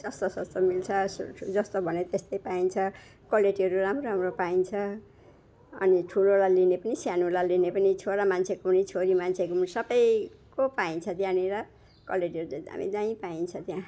सस्तो सस्तो मिल्छ जस्तो भन्यो त्यस्तै पाइन्छ क्वालिटीहरू राम्रो राम्रो पाइन्छ अनि ठुलोलाई लिने पनि सानोलाई लिने पनि छोरा मान्छेको पनि छोरी मान्छेको पनि सबैको पाइन्छ त्यहाँनिर क्वालिटीहरू चाहिँ दामी दामी पाइन्छ त्यहाँ